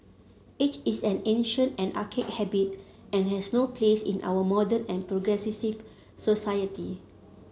it is an ancient and archaic habit and has no place in our modern and progressive society